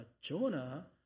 Jonah